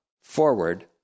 forward